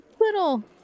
little